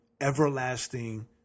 everlasting